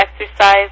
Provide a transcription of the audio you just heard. exercise